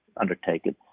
undertaken